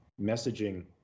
messaging